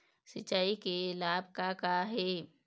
सिचाई के लाभ का का हे?